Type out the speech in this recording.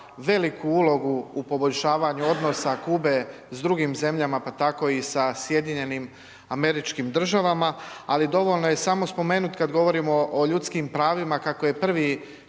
veliku ulogu u poboljšavanju odnosa Kube s drugim zemljama, pa tako i sa SAD-om, ali dovoljno je samo spomenut kad govorimo o ljudskim pravima kako je prvi